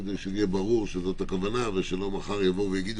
כדי שיהיה ברור שזו הכוונה ושלא מחר יבואו ויגידו